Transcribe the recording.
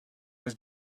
was